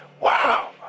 Wow